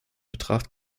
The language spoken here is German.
betracht